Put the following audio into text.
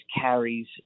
carries